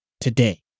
today